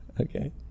Okay